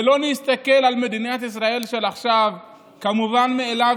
ולא נסתכל על מדינת ישראל של עכשיו כמובנת מאליה,